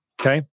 okay